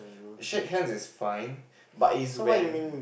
shake hands is fine but is when